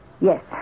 Yes